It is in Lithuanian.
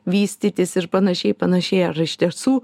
vystytis ir panašiai ir panašiai ar iš tiesų